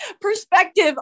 Perspective